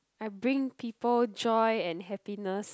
I bring people joy and happiness